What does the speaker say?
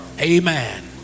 Amen